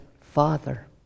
father